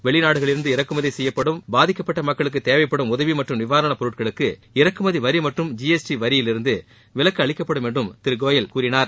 வெளிநாடுகளிலிருந்து இறக்குமதி கெய்யப்படும் பாதிக்கப்பட்ட க்களுக்கு தேவைப்படும் உதவி மற்றும் நிவாரணப்பொருட்களுக்கு இறக்குமதி வரி மற்றும் ஜி எஸ் டி வரியிலிருந்து விலக்கு அளிக்கப்படும் என்றும் திரு கோயல் கூறினார்